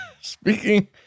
speaking